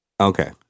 Okay